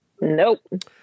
Nope